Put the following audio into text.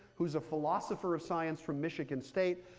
who's a philosopher of science from michigan state,